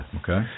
Okay